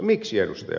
miksi ed